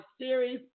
series